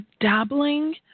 dabbling